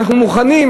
ואנחנו מוכנים,